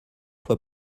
fois